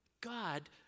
God